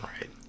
right